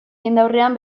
jendaurrean